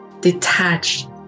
detached